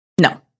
No